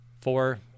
Four